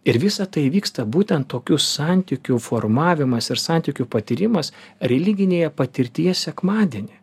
ir visa tai vyksta būtent tokių santykių formavimas ir santykių patyrimas religinėje patirtyje sekmadienį